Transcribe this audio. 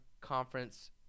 conference